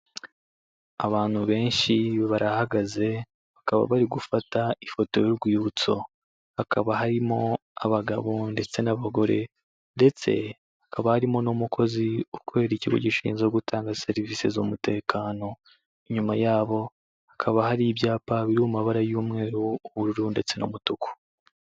Abantu benshi barahagaze, bakaba bari gufata ifoto y'urwibutso. Hakaba harimo abagabo ndetse n'abagore, ndetse hakaba harimo n'umukozi ukorera ikigo gishinzwe gutanga serivisi z'umutekano. Inyuma yabo hakaba hari ibyapa biri mu mabara y'umweru, ubururu ndetse n'umutuku.